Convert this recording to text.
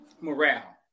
morale